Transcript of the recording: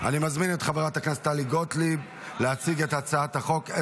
אני מזמין את חברת הכנסת טלי גוטליב להציג את הצעת החוק.